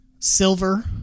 Silver